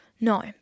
no